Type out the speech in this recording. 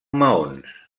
maons